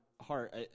heart